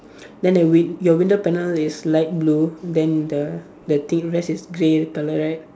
then a win~ your window panel is light blue then the the tint vase is grey color right